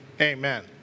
amen